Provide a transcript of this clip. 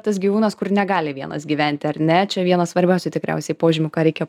tas gyvūnas kur negali vienas gyventi ar ne čia vienas svarbiausių tikriausiai požymių ką reikia